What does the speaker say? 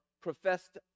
professed